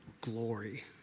glory